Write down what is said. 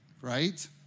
Right